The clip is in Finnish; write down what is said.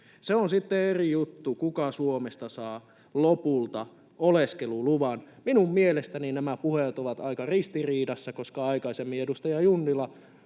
Se on sitten eri juttu, kuka Suomesta saa lopulta oleskeluluvan. Mielestäni nämä puheet ovat aika ristiriidassa, kun aikaisemmin edustaja Junnila